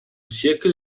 zirkel